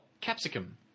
capsicum